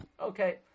Okay